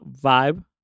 vibe